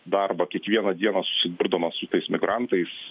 darbą kiekvieną dieną susidurdamas su tais migrantais